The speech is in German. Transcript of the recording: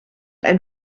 ein